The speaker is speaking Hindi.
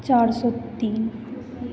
चार सौ तीन